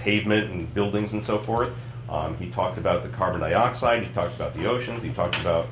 pavement and buildings and so forth he talked about the carbon dioxide talked about the oceans he talked about